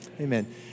Amen